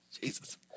Jesus